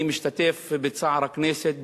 אני משתתף בצער הכנסת,